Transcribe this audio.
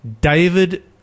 David